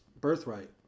birthright